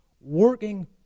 working